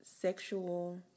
Sexual